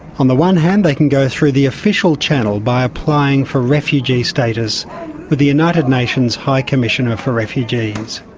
on the one hand they can go through the official channel by applying for refugee status with the united nations high commissioner for refugees.